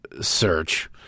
search